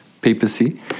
papacy